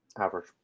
Average